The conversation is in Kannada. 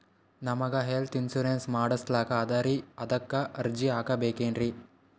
ನಮಗ ಹೆಲ್ತ್ ಇನ್ಸೂರೆನ್ಸ್ ಮಾಡಸ್ಲಾಕ ಅದರಿ ಅದಕ್ಕ ಅರ್ಜಿ ಹಾಕಬಕೇನ್ರಿ?